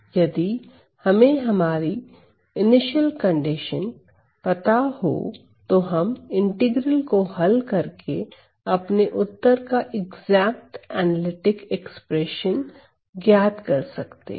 यदि हमें हमारी इनिशियल कंडीशन पता हो तो हम इंटीग्रल को हल करके अपने उत्तर का एग्जैक्ट एनालिटिक एक्सप्रेशन ज्ञात कर सकते हैं